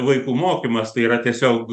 vaikų mokymas tai yra tiesiog